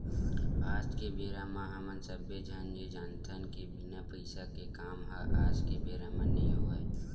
आज के बेरा म हमन सब्बे झन ये जानथन के बिना पइसा के काम ह आज के बेरा म नइ होवय